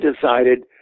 decided